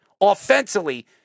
offensively